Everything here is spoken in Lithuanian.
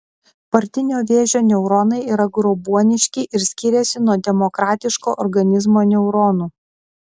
partinio vėžio neuronai yra grobuoniški ir skiriasi nuo demokratiško organizmo neuronų